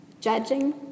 judging